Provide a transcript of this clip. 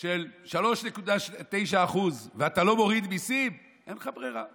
של 3.9% ואתה לא מוריד מיסים, אין לך ברירה.